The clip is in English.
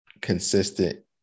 consistent